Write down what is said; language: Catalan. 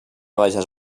baixes